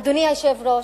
אדוני היושב-ראש,